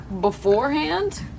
beforehand